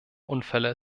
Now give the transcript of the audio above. unfälle